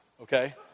Okay